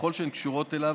ככל שהן קשורות אליו,